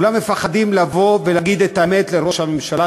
כולם מפחדים לבוא ולהגיד את האמת לראש הממשלה,